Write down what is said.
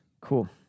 Cool